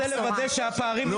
אני רוצה לוודא שהפערים נמחקים.